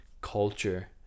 culture